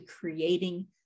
creating